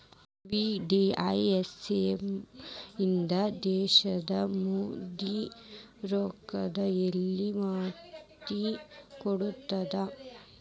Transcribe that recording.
VDIS scheme ಇಂದಾ ದೇಶದ್ ಮಂದಿ ರೊಕ್ಕದ್ ಎಲ್ಲಾ ಮಾಹಿತಿ ಗೊತ್ತಾಗತ್ತ